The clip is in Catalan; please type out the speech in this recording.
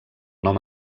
nom